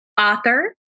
author